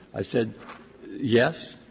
i said yes,